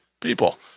people